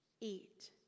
eat